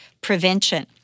prevention